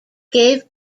gave